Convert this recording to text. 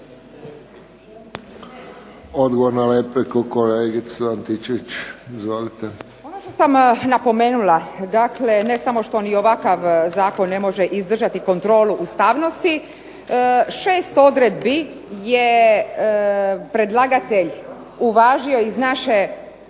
**Antičević Marinović, Ingrid (SDP)** Ono što sam napomenula dakle ne samo što ni ovakav zakon ne može izdržati kontrolu ustavnosti, 6 odredbi je predlagatelj uvažio iz naše